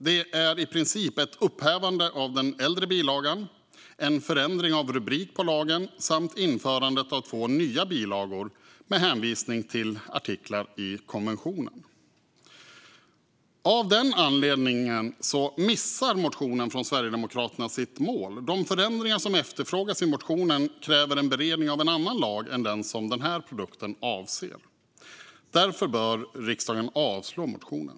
Det är i princip fråga om ett upphävande av den äldre bilagan, en förändring av rubrik på lagen samt införande av två nya bilagor med hänvisning till artiklar i konventionen. Av den anledningen missar motionen från Sverigedemokraterna sitt mål. De förändringar som efterfrågas i motionen kräver en beredning av en annan lag än den som den här produkten avser. Därför bör riksdagen avslå motionen.